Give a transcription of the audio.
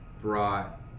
brought